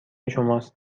شماست